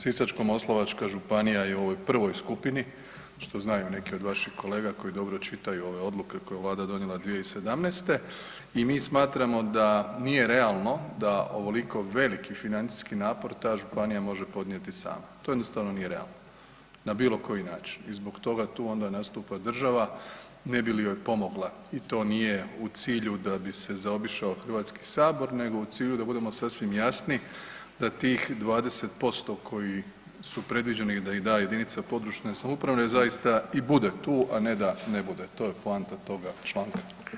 Sisačko-moslavačka županija je u ovoj prvoj skupini, što znaju neki od vaših kolega koji dobro čitaju ove odluke koje je vlada donijela 2017. i mi smatramo da nije realno da ovoliko veliki financijski napor ta županija može podnijeti sama, to jednostavno nije realno na bilo koji način i zbog toga tu onda nastupa država ne bi li joj pomogla i to nije u cilju da bi se zaobišao Hrvatski sabor nego u cilju da budemo sasvim jasni da tih 20% koji su predviđeni da ih da jedinica područne samouprave da i zaista bude tu a ne da ne bude, to je poanta toga članka.